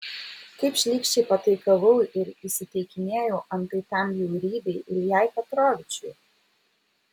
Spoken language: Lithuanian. kaip šlykščiai pataikavau ir įsiteikinėjau antai tam bjaurybei iljai petrovičiui